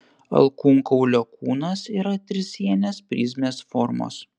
alkūnkaulio kūnas yra trisienės prizmės formos